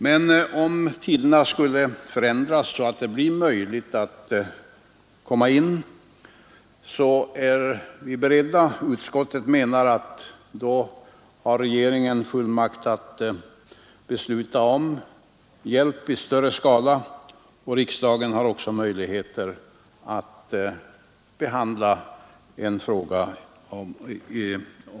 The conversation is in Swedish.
Men om tiderna skulle förändras så att det blir möjligt att komma in i Chile är vi beredda. Utskottet menar att regeringen har fullmakt att besluta om hjälp i större skala, och riksdagen har också möjligheter att behandla denna sak.